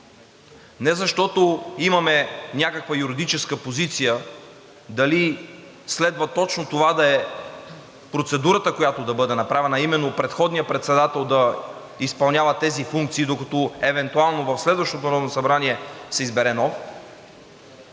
не защото имаме някаква юридическа позиция дали следва точно това да е процедурата, която да бъде направена, а именно предходният председател да изпълнява тези функции, докато евентуално в следващото Народно събрание се избере нов.